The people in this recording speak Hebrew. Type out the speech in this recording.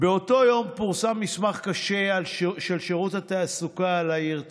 באותו יום פורסם מסמך קשה של שירות התעסוקה על העיר טבריה.